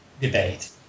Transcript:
debate